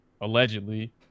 allegedly